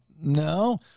No